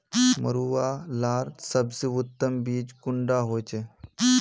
मरुआ लार सबसे उत्तम बीज कुंडा होचए?